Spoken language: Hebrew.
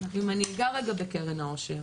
ואם אגע רגע בקרן העושר,